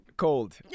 Cold